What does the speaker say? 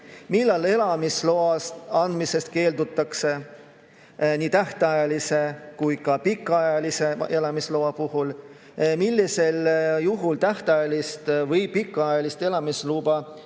millal elamisloa andmisest keeldutakse nii tähtajalise kui ka pikaajalise elamisloa puhul, millisel juhul tähtajaline või pikaajaline elamisluba